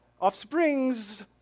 offsprings